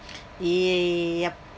yeah yup